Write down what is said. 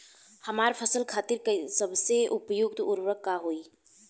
हमार फसल खातिर सबसे उपयुक्त उर्वरक का होई?